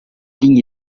ligne